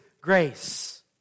grace